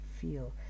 feel